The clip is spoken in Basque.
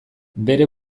bere